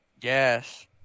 Yes